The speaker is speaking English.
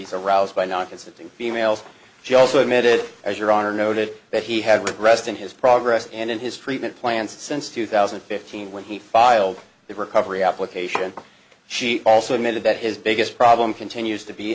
he's aroused by not considering females she also admitted as your honor noted that he had rest in his progress and in his treatment plan since two thousand and fifteen when he filed the recovery application she also admitted that his biggest problem continues to be